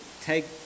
take